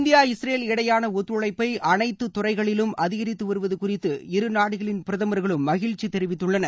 India Israel இடையேயான ஒத்துழைப்பு அனைத்து துறைகளிலும் அதிகரித்து வருவது குறித்து இருநாடுகளின் பிரதமர்களும் மகிழ்ச்சி தெரிவித்துள்ளனர்